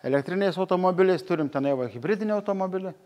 elektriniais automobiliais turim tenai va hibridinį automobilį